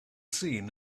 seen